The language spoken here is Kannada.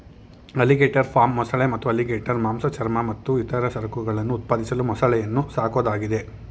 ಅಲಿಗೇಟರ್ ಫಾರ್ಮ್ ಮೊಸಳೆ ಮತ್ತು ಅಲಿಗೇಟರ್ ಮಾಂಸ ಚರ್ಮ ಮತ್ತು ಇತರ ಸರಕುಗಳನ್ನು ಉತ್ಪಾದಿಸಲು ಮೊಸಳೆಯನ್ನು ಸಾಕೋದಾಗಿದೆ